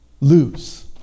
lose